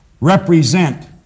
represent